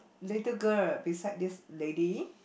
little girl beside this lady